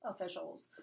officials